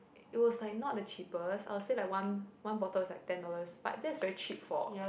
it was like not the cheapest I will say like one one bottle is like ten dollars but that is very cheap for